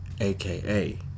AKA